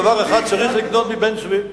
דבר אחד צריך לקנות מבן-צבי,